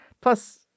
Plus